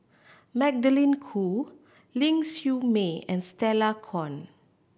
Magdalene Khoo Ling Siew May and Stella Kon